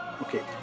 okay